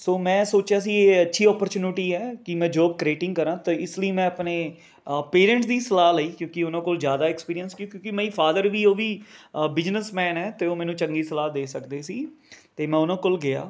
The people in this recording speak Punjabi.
ਸੋ ਮੈਂ ਸੋਚਿਆ ਸੀ ਇਹ ਅੱਛੀ ਅੋਪਰਚਿਊਨਿਟੀ ਹੈ ਕਿ ਮੈਂ ਜੌਬ ਕਰੀਏਟਿੰਗ ਕਰਾਂ ਤਾਂ ਇਸ ਲਈ ਮੈਂ ਆਪਣੇ ਪੇਰੈਂਟਸ ਦੀ ਸਲਾਹ ਲਈ ਕਿਉਂਕਿ ਉਹਨਾਂ ਕੋਲ ਜ਼ਿਆਦਾ ਐਕਸਪੀਂਰੀਅਸ ਕਿਉਂ ਕਿਉਂਕਿ ਮਾਈ ਫਾਦਰ ਵੀ ਉਹ ਵੀ ਬਿਜ਼ਨਸਮੈਨ ਹੈ ਅਤੇ ਉਹ ਮੈਨੂੰ ਚੰਗੀ ਸਲਾਹ ਦੇ ਸਕਦੇ ਸੀ ਅਤੇ ਮੈਂ ਉਹਨਾਂ ਕੋਲ ਗਿਆ